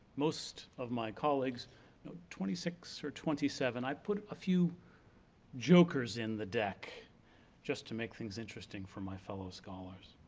most of my colleagues know twenty six, or twenty seven, i put a few jokers in the deck just to make things interesting for my fellow scholars.